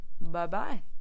Bye-bye